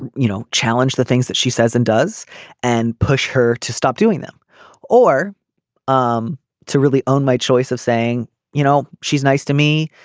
you know challenge the things that she says and does and push her to stop doing them or um to really own my choice of saying you know she's nice to me.